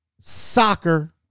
soccer